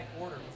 Order